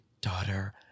daughter